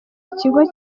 kigo